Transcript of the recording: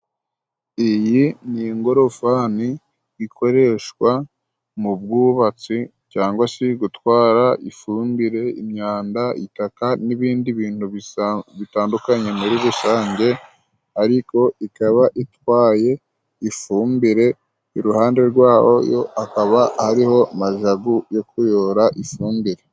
Iyi n'ingorofani ikoreshwa mu bwubatsi cyangwa se gutwara ifumbire , imyanda ,itaka n'ibindi bintu bisa bitandukanye muri rusange ariko ikaba itwaye ifumbire iruhande rwaho yo hakaba ariho majagu yo kuyobora ifumbire.